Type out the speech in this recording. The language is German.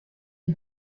die